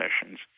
sessions